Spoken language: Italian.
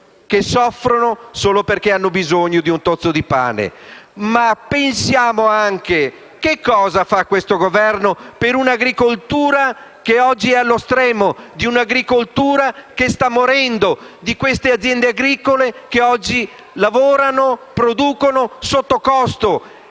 che soffrono solo perché hanno bisogno di un tozzo di pane. Pensiamo anche a cosa fa questo Governo per un'agricoltura che oggi è allo stremo, che sta morendo, per le aziende agricole che oggi lavorano, producono sotto costo,